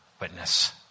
witness